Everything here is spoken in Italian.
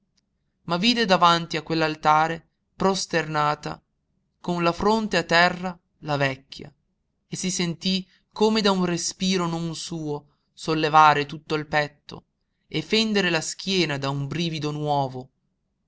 ma vide davanti a quell'altare prosternata con la fronte a terra la vecchia e si sentí come da un respiro non suo sollevare tutto il petto e fendere la schiena da un brivido nuovo